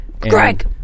Greg